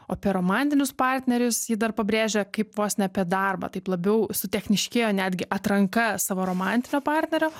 o apie romantinius partnerius ji dar pabrėžia kaip vos ne apie darbą taip labiau sutechnišėjo netgi atranka savo romantinio partnerio